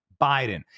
Biden